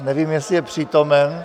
Nevím, jestli je přítomen.